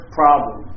problem